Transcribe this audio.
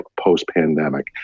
post-pandemic